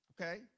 Okay